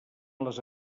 les